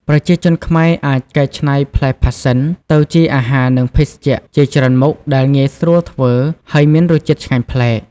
ប្រជាជនខ្មែរអាចកែច្នៃផ្លែផាសសិនទៅជាអាហារនិងភេសជ្ជៈជាច្រើនមុខដែលងាយស្រួលធ្វើ ហើយមានរសជាតិឆ្ងាញ់ប្លែក។